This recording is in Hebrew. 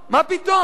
מה פתאום.